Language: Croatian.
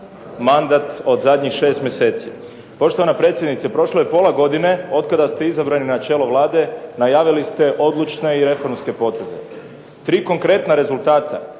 mandat od zadnjih šest mjeseci. Poštovana predsjednice, prošlo je pola godine od kada ste izabrani na čelo Vlade. Najavili ste odlučne i reformske poteze. Tri konkretna rezultata